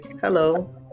hello